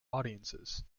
audiences